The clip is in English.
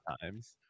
times